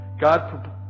God